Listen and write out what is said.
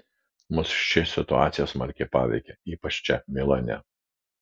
mus ši situacija smarkiai paveikė ypač čia milane